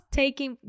taking